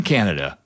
Canada